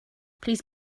please